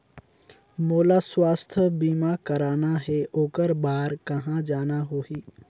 मोला स्वास्थ बीमा कराना हे ओकर बार कहा जाना होही?